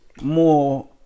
more